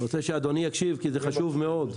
אני רוצה שאדוני יקשיב, כי זה חשוב מאוד.